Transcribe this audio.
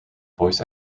voice